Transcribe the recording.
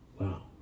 wow